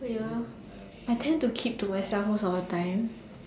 oh ya I tend to keep to myself most of the time